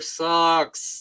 sucks